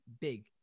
big